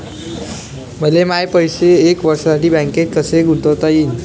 मले माये पैसे एक वर्षासाठी बँकेत कसे गुंतवता येईन?